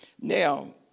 Now